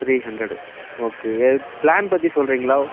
three hundred okay அது plan பற்றி சொல்கிறிங்களா